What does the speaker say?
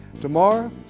Tomorrow